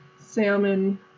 salmon